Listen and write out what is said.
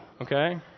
Okay